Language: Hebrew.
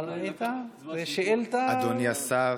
אדוני השר,